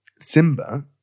Simba